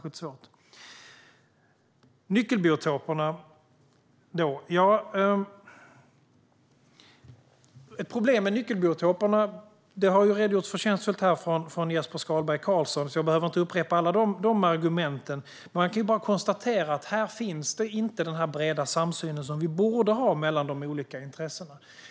När det gäller nyckelbiotoperna och problemet med dem har Jesper Skalberg Karlsson redogjort förtjänstfullt för det hela, så jag behöver inte upprepa alla argument. Man kan bara konstatera att här finns inte den breda samsyn som vi borde ha mellan de olika intressena.